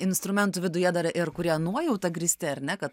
instrumentų viduje dar ir ir kurie nuojauta grįsti ar ne kad